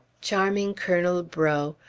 charming colonel breaux!